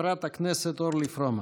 חברת הכנסת אורלי פרומן.